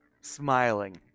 smiling